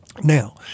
Now